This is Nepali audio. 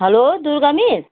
hello Durga miss